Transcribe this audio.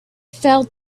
fell